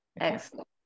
excellent